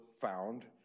found